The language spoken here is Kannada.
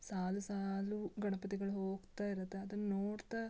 ಸಾಲು ಸಾಲು ಗಣಪತಿಗಳು ಹೋಗ್ತಾ ಇರುತ್ತೆ ಅದನ್ನು ನೋಡ್ತಾ